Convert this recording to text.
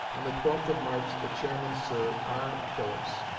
on the twelfth of march the chairman, sir r. philips,